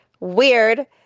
weird